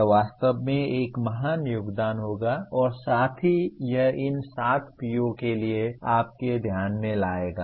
यह वास्तव में एक महान योगदान होगा और साथ ही यह इन 7 PO के लिए आपके ध्यान में लाएगा